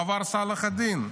מעבר סלאח א-דין.